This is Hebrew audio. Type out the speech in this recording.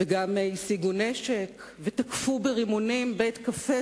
וגם השיגו נשק ותקפו ברימונים בית-קפה